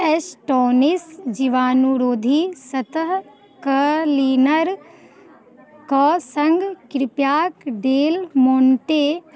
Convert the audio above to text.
astonish जीवाणुरोधी सतह क्लीनरके सङ्ग कृपाके डेल मोन्टे